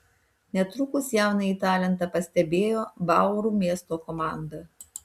netrukus jaunąjį talentą pastebėjo bauru miesto komanda